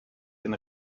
den